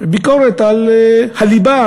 ביקורת על הליבה,